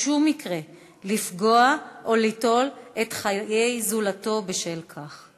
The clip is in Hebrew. בשום מקרה, לפגוע או ליטול את חיי זולתו בשל כך.